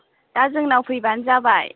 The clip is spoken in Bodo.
दा जोंनाव फैबानो जाबाय